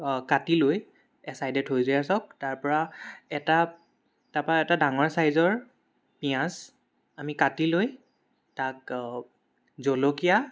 কাটি লৈ এছাইডে থৈ দিয়া যাওক তাৰপৰা এটা তাৰপৰা এটা ডাঙৰ ছাইজৰ পিঁয়াজ আমি কাটি লৈ তাক জলকীয়া